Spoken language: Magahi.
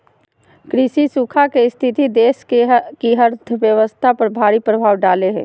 कृषि सूखा के स्थिति देश की अर्थव्यवस्था पर भारी प्रभाव डालेय हइ